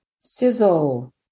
Sizzle